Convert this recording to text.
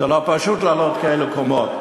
זה לא פשוט לעלות לקומות כאלה.